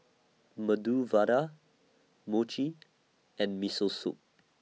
Medu Vada Mochi and Miso Soup